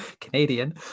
canadian